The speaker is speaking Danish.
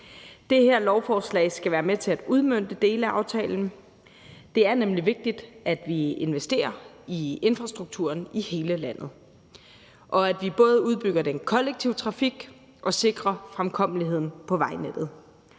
Det her lovforslag skal være med til at udmønte dele af aftalen. Det er nemlig vigtigt, at vi investerer i infrastrukturen i hele landet, og at vi både udbygger den kollektive trafik og sikrer fremkommelighed på vejnettet.